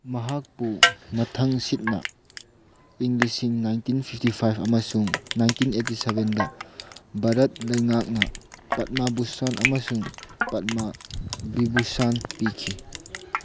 ꯃꯍꯥꯛꯄꯨ ꯃꯊꯪ ꯁꯤꯠꯅ ꯏꯪ ꯜꯤꯁꯤꯡ ꯅꯥꯏꯟꯇꯤꯟ ꯐꯤꯞꯇꯤ ꯐꯥꯏꯚ ꯑꯝꯁꯨꯡ ꯅꯥꯏꯟꯇꯤꯟ ꯑꯦꯠꯇꯤ ꯁꯕꯦꯟꯇ ꯚꯥꯔꯠ ꯂꯩꯉꯥꯛꯅ ꯄꯠꯃꯥ ꯕꯨꯁꯥꯟ ꯑꯃꯁꯨꯡ ꯄꯠꯃꯥ ꯕꯤꯕꯨꯁꯥꯟ ꯄꯤꯈꯤ